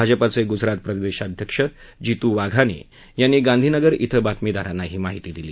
भाजपाचे गुजरात प्रदेशाध्यक्ष जितू वाघानी यांनी गांधीनगर क्रें बातमीदारांना ही माहिती दिली